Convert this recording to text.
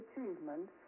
achievement